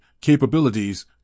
capabilities